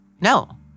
No